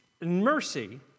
Mercy